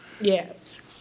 Yes